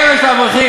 הקרן של האברכים,